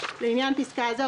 לעניין פסקה זו,